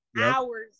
hours